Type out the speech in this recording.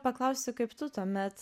paklausiu kaip tu tuomet